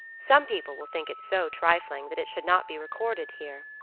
some people will think it so trifling that it should not be recorded here.